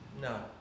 No